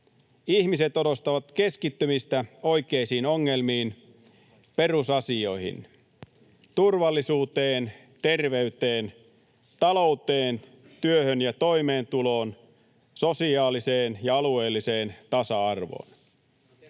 Ihmiset odottavat keskittymistä oikeisiin ongelmiin, perusasioihin: turvallisuuteen, terveyteen, talouteen, työhön ja toimeentuloon, sosiaaliseen ja alueelliseen tasa-arvoon.